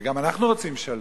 גם אנחנו רוצים שלום.